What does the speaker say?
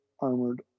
armored